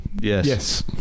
Yes